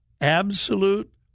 absolute